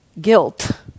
guilt